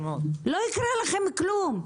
לא יקרה לכם כלום.